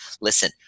Listen